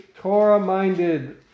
Torah-minded